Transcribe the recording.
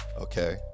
Okay